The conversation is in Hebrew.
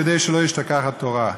כדי שלא תשתכח התורה.